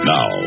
Now